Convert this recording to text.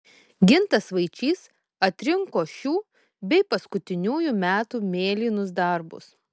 gintas vaičys atrinko šių bei paskutiniųjų metų mėlynus darbus